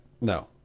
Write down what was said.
No